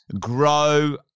grow